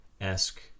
esque